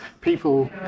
people